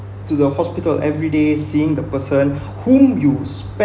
to the hospital everyday seeing the person whom use